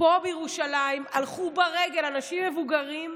פה בירושלים, הלכו ברגל, אנשים מבוגרים,